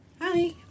Hi